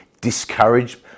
discouraged